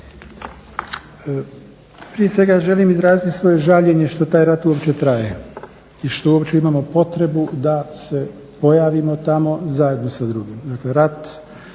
Prije svega želim izraziti svoje žaljenje što taj rat uopće traje i što uopće imamo potrebu da se pojavimo tamo zajedno sa drugima,